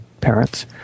parents